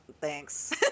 Thanks